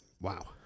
wow